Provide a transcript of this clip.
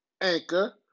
Anchor